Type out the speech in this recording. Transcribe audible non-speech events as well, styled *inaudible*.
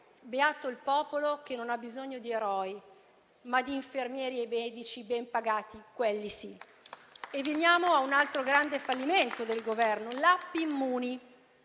beato il popolo che ha bisogno non di eroi, ma di infermieri e medici ben pagati, quelli sì. *applause* E veniamo a un altro grande fallimento del Governo, l'*app* Immuni.